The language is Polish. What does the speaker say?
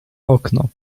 okno